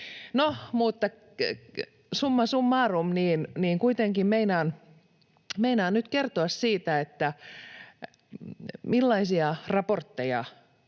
summa summarum, nyt kuitenkin meinaan kertoa siitä, millaisia raportteja